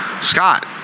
Scott